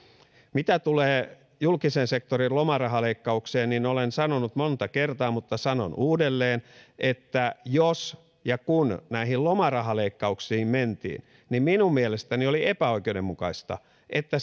mitä tulee julkisen sektorin lomarahaleikkaukseen olen sanonut monta kertaa mutta sanon uudelleen että jos ja kun näihin lomarahaleikkauksiin mentiin niin minun mielestäni oli epäoikeudenmukaista että